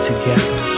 Together